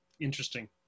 Interesting